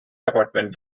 apartment